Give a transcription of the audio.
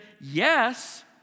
yes